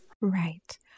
Right